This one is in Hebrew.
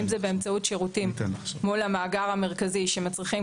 אם זה באמצעות שירותים מול המאגר המרכזי שמצריכים,